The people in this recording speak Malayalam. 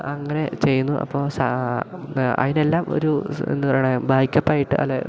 അങ്ങനെ ചെയ്യുന്നു അപ്പോൾ അതിനെല്ലാം ഒരു എന്ത് പറയുന്നേ ബാക്ക് അപ്പായിട്ട് അല്ല